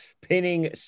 pinning